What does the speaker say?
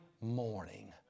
morning